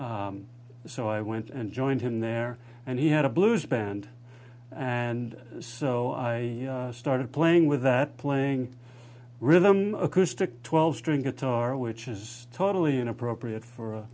so i went and joined him there and he had a blues band and so i started playing with that playing rhythm acoustic twelve string guitar which is totally inappropriate for